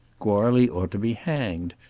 goarly ought to be hanged,